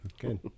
good